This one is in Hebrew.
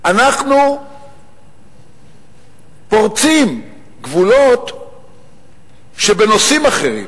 אנחנו פורצים גבולות שבנושאים אחרים